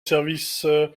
service